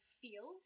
feel